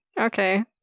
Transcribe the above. Okay